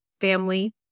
family